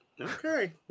okay